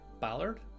ballard